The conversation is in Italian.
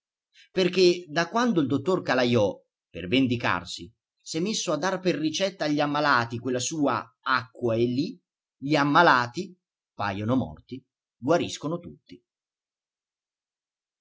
perché da quando il dottor calajò per vendicarsi s'è messo a dar per ricetta agli ammalati quella sua acqua e lì gli ammalati pajono morti guariscono tutti